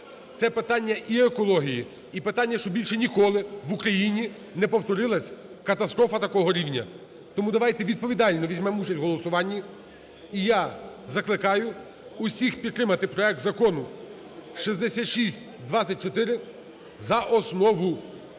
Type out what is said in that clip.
Це питання і екології, і питання, щоб більше ніколи в Україні не повторилася катастрофа такого рівня. Тому давайте відповідально візьмемо участь у голосуванні. І я закликаю всіх підтримати проект Закону 6624 за основу.